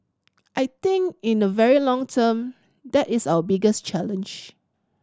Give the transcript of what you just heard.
I think in the very long term that is our biggest challenge